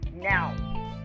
Now